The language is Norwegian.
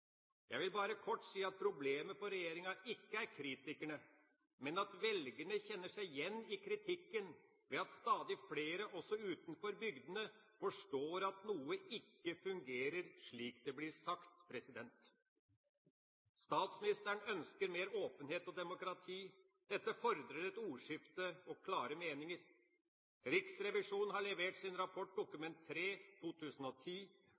Jeg vil bare kort si at problemet for regjeringa ikke er kritikerne, men at velgerne kjenner seg igjen i kritikken ved at stadig flere også utenfor bygdene forstår at noe ikke fungerer slik det blir sagt. Statsministeren ønsker mer åpenhet og demokrati. Dette fordrer et ordskifte og klare meninger. Riksrevisjonen leverte sin rapport,